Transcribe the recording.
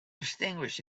extinguished